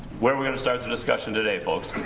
where are we're gonna start the discussion today folks?